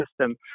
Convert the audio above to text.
system